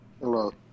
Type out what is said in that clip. Hello